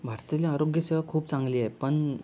भारतातील आरोग्य सेवा खूप चांगली आहे पण